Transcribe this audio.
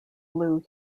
blue